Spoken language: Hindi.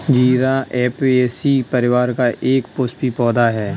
जीरा ऍपियेशी परिवार का एक पुष्पीय पौधा है